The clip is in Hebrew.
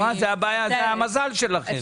זה המזל שלכם.